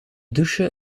douche